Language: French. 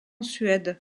suède